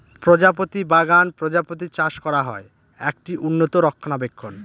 প্রজাপতি বাগান প্রজাপতি চাষ করা হয়, একটি উন্নত রক্ষণাবেক্ষণ